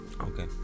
okay